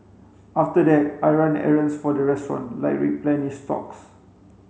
after that I run errands for the restaurant like replenish socks